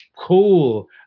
Cool